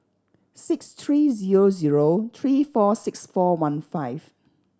six three zero zero three four six four one five